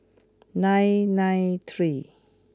nine nine three